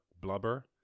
blubber